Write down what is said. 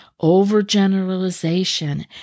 overgeneralization